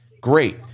Great